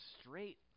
straight